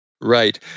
Right